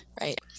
right